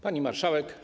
Pani Marszałek!